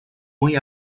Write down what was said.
muy